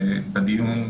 בדיון,